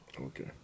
Okay